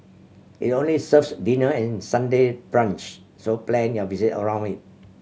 it only serves dinner and Sunday brunch so plan your visit around it